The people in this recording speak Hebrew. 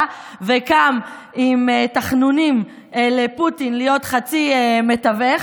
וקם עם תחנונים לפוטין להיות חצי מתווך.